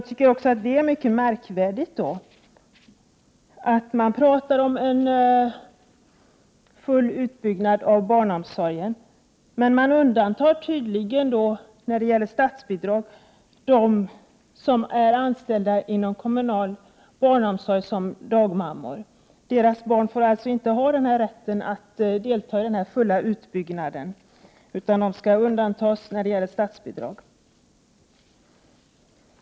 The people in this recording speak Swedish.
Det är mycket märkligt att man talar om en full utbyggnad av barnomsorgen. Man undantar tydligen när det gäller statsbidrag dem som är anställda inom kommunal barnomsorg som dagmammor. Deras barn får således inte rätten att delta i den fulla utbyggnaden, utan de skall undantas när det gäller statsbidrag.